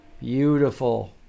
Beautiful